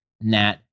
Nat